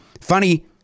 Funny